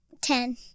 Ten